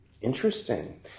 Interesting